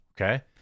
Okay